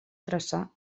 adreçar